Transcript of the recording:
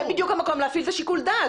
זה בדיוק המקום להפעיל שיקול דעת.